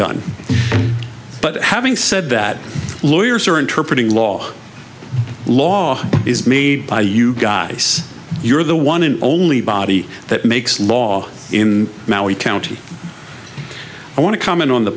done but having said that lawyers are interpreting law law is made by you guys you're the one and only body that makes law in maui county i want to come in on the